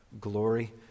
glory